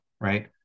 right